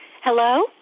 Hello